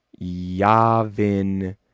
Yavin